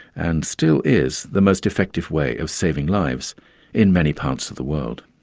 and still is, the most effective way of saving lives in many parts of the world.